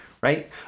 right